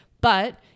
But-